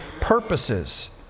purposes